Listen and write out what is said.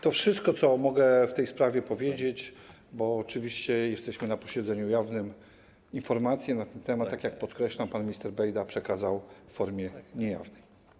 To wszystko, co mogę w tej sprawie powiedzieć, bo oczywiście jesteśmy na posiedzeniu jawnym, a informacje na ten temat, podkreślam, pan minister Bejda przekazał w formie niejawnej.